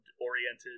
oriented